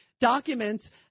documents